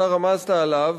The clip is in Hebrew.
אתה רמזת עליו,